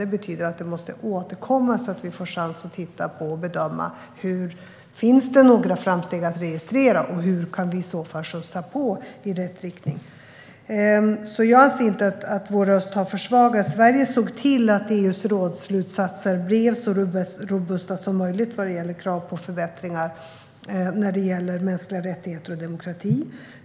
Det betyder att detta måste återkomma så att vi får chans att titta på och bedöma om det finns några framsteg att registrera och hur vi i så fall kan skjutsa på i rätt riktning. Jag anser alltså inte att vår röst har försvagats. Sverige såg till att EU:s rådsslutsatser blev så robusta som möjligt vad gäller krav på förbättringar i fråga om mänskliga rättigheter och demokrati.